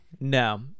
No